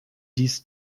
dies